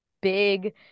big